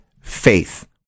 faith